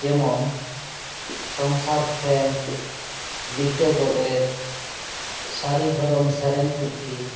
ᱡᱮᱢᱚᱱ ᱥᱚᱝᱥᱟᱨ ᱯᱷᱮᱸᱫᱽ ᱞᱤᱴᱟᱹ ᱜᱚᱰᱮᱛ ᱥᱟᱹᱨᱤ ᱫᱷᱚᱨᱚᱢ ᱥᱮᱨᱮᱧ ᱯᱩᱛᱷᱤ